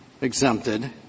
exempted